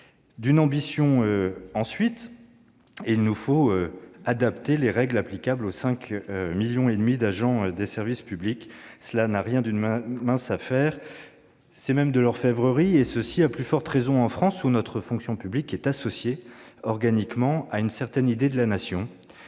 L'ambition de ce texte est d'adapter les règles applicables aux 5,5 millions d'agents du service public. Cela n'a rien d'une mince affaire ; c'est même de l'orfèvrerie, en particulier en France, où la fonction publique est associée, organiquement, à une certaine idée de la Nation.